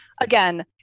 Again